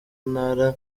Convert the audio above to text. ntara